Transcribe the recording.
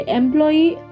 employee